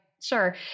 sure